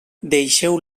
deixeu